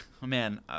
man